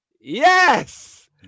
yes